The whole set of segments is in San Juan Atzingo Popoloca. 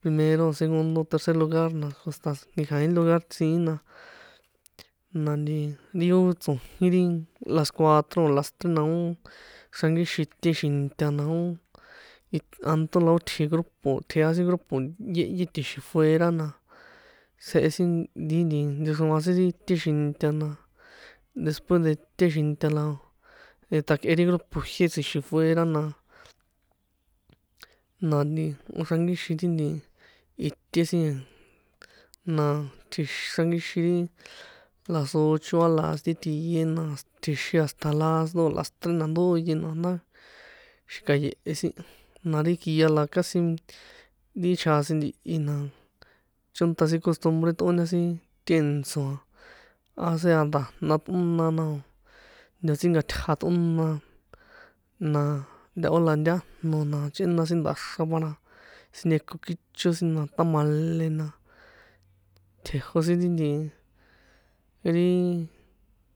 Primero, segundo, tercer lugar na hasta nkekja̱ín lugar siín na, na nti ri ó tso̱jín ri las cuatro o̱ las tren a ó, xrankíxin te xinta na ó, nti anṭo na ó tji grupo, tjea sin grupo yéhyé, tji̱xin fuera na, tsjehe sin ri nti nchexroan sin ri te xinta na, después de te xinta la, tjakꞌe ri grupo jié tsji̱xin fuera na, na nti ó xrankíxin ti nti ite sin a, na tjixin xrankíxin ri la socho a las die tie na, tjixin hasta las do o̱ las tre na̱ ndóye na ndá, xikaye̱he̱ sin, na ri kia la casi ri chjasin ntihi na, chónṭa sin costumbre ṭꞌoña sin tèntso̱, a sea nda̱jna ṭꞌona na o̱ ntotsínka̱tja̱ ṭꞌona, na ntahó la ntájno na chꞌena sin nda̱xra va na, siñeko kícho sin na, tamale na, tjejo sin ri nti, ri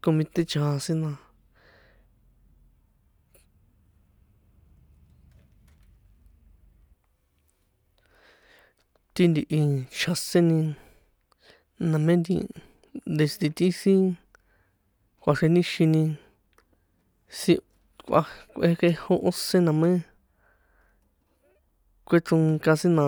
comité chjasin na. Ti ntihi chjaséni na me nti desde ti sin kꞌuaxrjenixini kuekꞌejó óse na mé, kuechronka sin na.